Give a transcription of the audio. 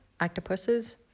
Octopuses